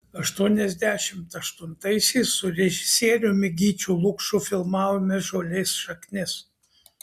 aštuoniasdešimt aštuntaisiais su režisieriumi gyčiu lukšu filmavome žolės šaknis